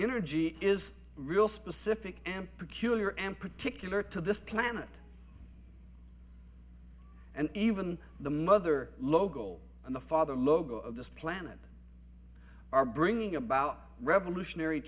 energy is real specific and particular and particular to this planet and even the mother local and the father logo of this planet are bringing about revolutionary